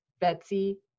Betsy